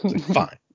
Fine